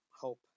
hope